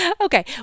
okay